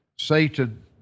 Satan